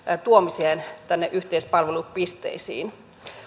tuomiseen yhteispalvelupisteisiin